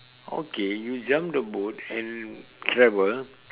okay you jump the boat and travel